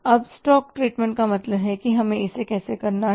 अब स्टॉक ट्रीटमेंटका मतलब है कि हमें इसे कैसे करना है